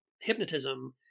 hypnotism